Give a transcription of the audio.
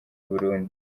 burundi